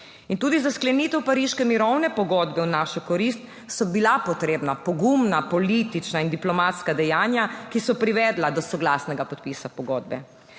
Tudi za sklenitev Pariške mirovne pogodbe v našo korist so bila potrebna pogumna politična in diplomatska dejanja, ki so privedla do soglasnega podpisa pogodbe.